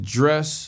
dress